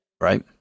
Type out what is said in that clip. Right